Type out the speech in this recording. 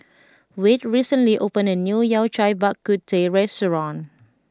Wade recently opened a new Yao Cai Bak Kut Teh restaurant